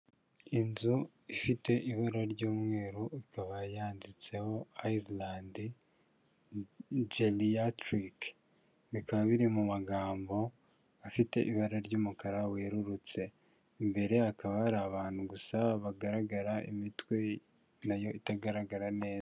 Inzu ifite ibara ry'umweru, ikaba yanditseho Island geriatric, bikaba biri mu magambo afite ibara ry'umukara wererutse, imbere hakaba hari abantu gusa bagaragara imitwe na yo itagaragara neza.